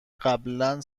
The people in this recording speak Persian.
قبلا